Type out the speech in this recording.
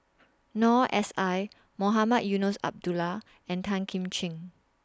Noor S I Mohamed Eunos Abdullah and Tan Kim Ching